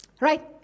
Right